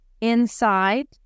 inside